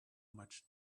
much